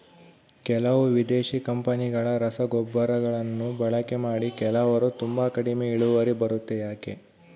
ಕೆಲವು ವಿದೇಶಿ ಕಂಪನಿಗಳ ರಸಗೊಬ್ಬರಗಳನ್ನು ಬಳಕೆ ಮಾಡಿ ಕೆಲವರು ತುಂಬಾ ಕಡಿಮೆ ಇಳುವರಿ ಬರುತ್ತೆ ಯಾಕೆ?